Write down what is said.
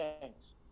thanks